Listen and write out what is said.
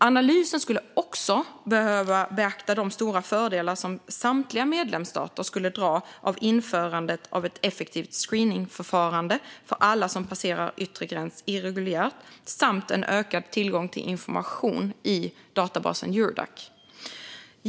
Analysen skulle också behöva beakta de stora fördelar som samtliga medlemsstater skulle dra av införandet av ett effektivt screeningförfarande för alla som passerar yttre gräns irreguljärt samt en ökad tillgång till information i databasen Eurodac.